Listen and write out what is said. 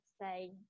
say